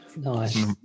Nice